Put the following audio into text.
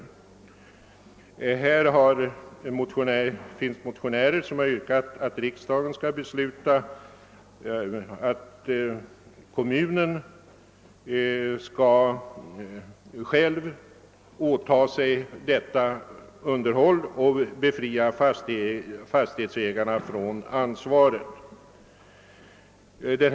Motionärer har yrkat att riksdagen skall besluta att kommunen skall åläggas denna skyldighet och att fastighetsägarna befrias från ansvaret härför.